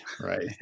Right